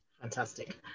Fantastic